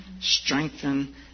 strengthen